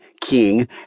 King